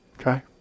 Okay